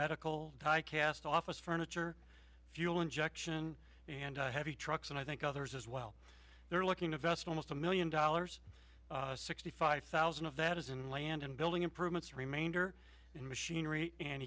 medical high caste office furniture fuel injection and heavy trucks and i think others as well they're looking to vest almost a million dollars sixty five thousand of that is in land and building improvements remainder in machinery and